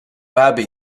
abbey